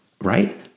right